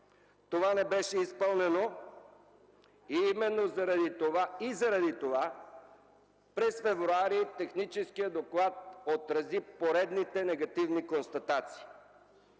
Това не беше изпълнено и заради това през февруари техническият доклад отрази поредните негативни констатации.